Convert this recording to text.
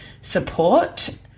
support